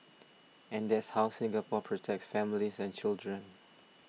and that's how Singapore protects families and children